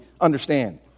understand